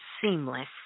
seamless